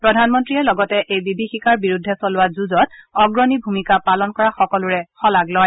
প্ৰধানমন্ত্ৰীয়ে লগতে এই বিভীষিকাৰ বিৰুদ্ধে চলোৱা যুঁজত অগ্ৰণী ভূমিকা পালন কৰা সকলোৰে শলাগ লয়